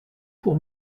pour